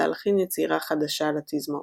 להלחין יצירה חדשה לתזמורת.